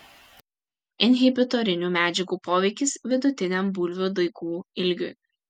inhibitorinių medžiagų poveikis vidutiniam bulvių daigų ilgiui